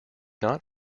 not